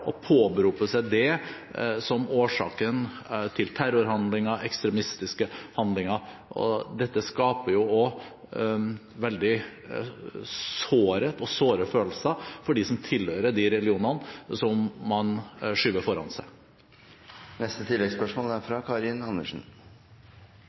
seg og påberoper seg den som årsaken til terrorhandlinger, ekstremistiske handlinger. Dette skaper veldig sårhet og såre følelser hos dem som tilhører de religionene som man skyver foran seg.